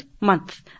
month